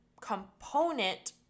component